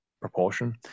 proportion